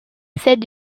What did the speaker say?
celles